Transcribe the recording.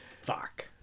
fuck